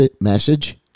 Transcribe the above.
message